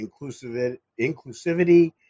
inclusivity